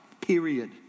period